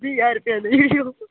बीह् ज्हार रपेआ देई ओड़ेओ